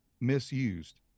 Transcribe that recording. misused